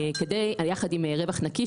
יחד עם 'רווח נקי',